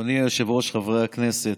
אדוני היושב-ראש, חברי הכנסת,